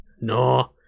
No